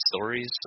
stories